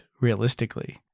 realistically